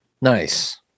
nice